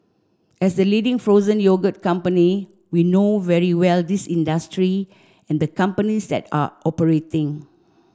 as the leading frozen yogurt company we know very well this industry and the companies that are operating